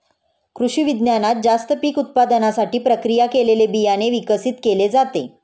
कृषिविज्ञानात जास्त पीक उत्पादनासाठी प्रक्रिया केलेले बियाणे विकसित केले जाते